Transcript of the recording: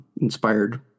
inspired